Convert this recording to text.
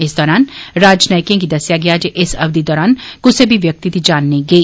इस दरान राजनैयकें गी दस्सेआ गेआ जे इस अवधि दरान कुसे बी व्यक्ति दी जान नेईं गेई